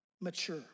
mature